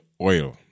oil